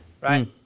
right